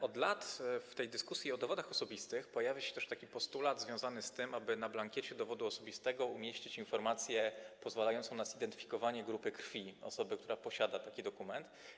Od lat w czasie dyskusji o dowodach osobistych pojawia się postulat związany z tym, aby na blankiecie dowodu osobistego umieścić informację pozwalającą na zidentyfikowanie grupy krwi osoby, która posiada taki dokument.